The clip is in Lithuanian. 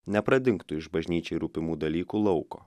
nepradingtų iš bažnyčiai rūpimų dalykų lauko